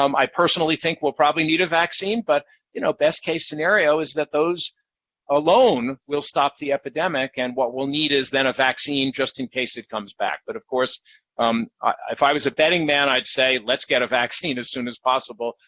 um i personally think we'll probably need a vaccine, but you know best case scenario is that those alone will stop the epidemic, and what we'll need is then a vaccine just in case it comes back, but of course um if i was a betting man, i'd say let's get a vaccine as soon as possible,